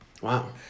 Wow